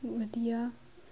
ਵਧੀਆ